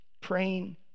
praying